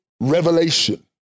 revelation